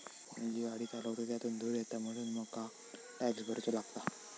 मी जी गाडी चालवतय त्यातुन धुर येता म्हणून मका टॅक्स भरुचो लागता